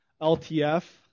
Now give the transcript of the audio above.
LTF